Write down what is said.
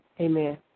Amen